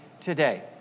today